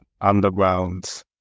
underground